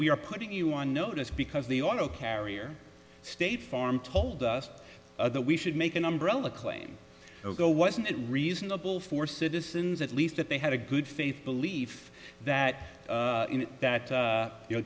we are putting you on notice because the auto carrier state farm told us that we should make an umbrella claim go wasn't it reasonable for citizens at least that they had a good faith belief that that you know